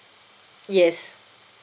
yes